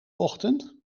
ochtend